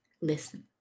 listen